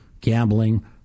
gambling